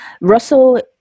Russell